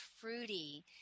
fruity